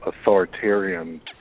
authoritarian